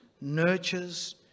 nurtures